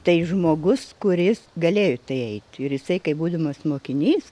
tai žmogus kuris galėjo į tai eit ir jisai kaip būdamas mokinys